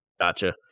Gotcha